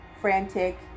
frantic